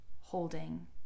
holding